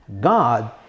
God